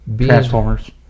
Transformers